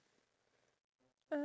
yes